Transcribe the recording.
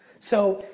so,